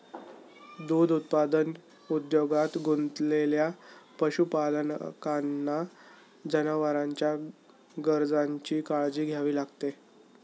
दूध उत्पादन उद्योगात गुंतलेल्या पशुपालकांना जनावरांच्या गरजांची काळजी घ्यावी लागते